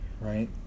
right